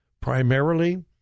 primarily